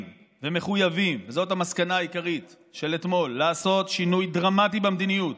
ומחויבים לעשות שינוי דרמטי במדיניות.